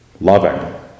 loving